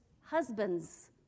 husbands